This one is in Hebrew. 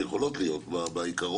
שיכולות להיות בעיקרון,